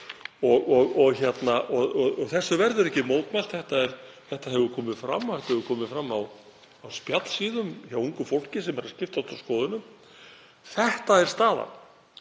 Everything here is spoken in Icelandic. þetta hefur komið fram. Þetta hefur komið fram á spjallsíðum hjá ungu fólki sem er að skiptast á skoðunum. Þetta er staðan.